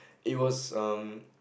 it was um